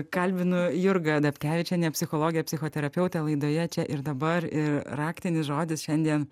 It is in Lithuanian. kalbinu jurgą dapkevičienę psichologę psichoterapeutę laidoje čia ir dabar ir raktinis žodis šiandien